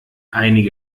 einige